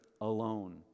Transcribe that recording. alone